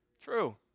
True